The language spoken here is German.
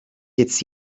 jetzt